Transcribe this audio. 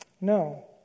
No